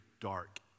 dark